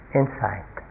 insight